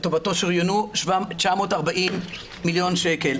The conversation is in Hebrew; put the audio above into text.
לטובת ההסכם שריינו 940 מיליון שקלים.